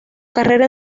carrera